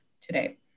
today